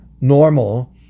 normal